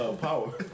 Power